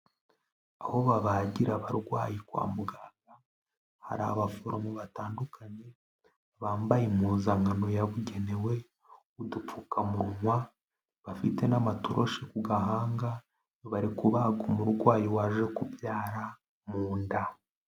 Aho babagira abarwayi kwa muganga, hari abaforomo batandukanye, bambaye impuzankano yabugenewe, udupfukamunwa, bafite n'amatoroshi ku gahanga, barikubaga umurwayi waje kubyara, mu nda.